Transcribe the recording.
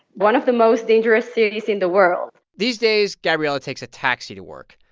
one of the most dangerous cities in the world these days, gabriela takes a taxi to work.